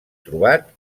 trobat